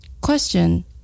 Question